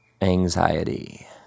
anxiety